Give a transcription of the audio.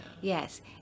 Yes